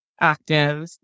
active